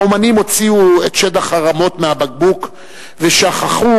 האמנים הוציאו את שד החרמות מהבקבוק ושכחו